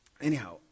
anyhow